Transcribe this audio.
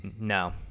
No